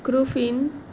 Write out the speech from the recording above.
cruffin